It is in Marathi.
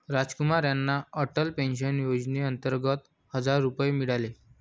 रामकुमार यांना अटल पेन्शन योजनेअंतर्गत हजार रुपये मिळाले